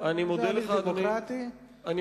אבל זה הליך דמוקרטי,